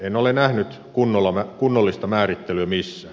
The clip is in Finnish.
en ole nähnyt kunnollista määrittelyä missään